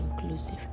inclusive